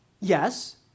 Yes